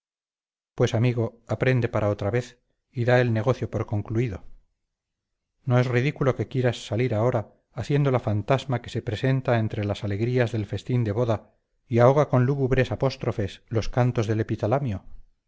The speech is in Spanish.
pues amigo aprende para otra vez y da el negocio por concluido no es ridículo que quieras salir ahora haciendo la fantasma que se presenta entre las alegrías del festín de boda y ahoga con lúgubres apóstrofes los cantos del